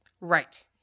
Right